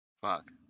Fuck